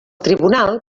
tribunal